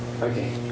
Okay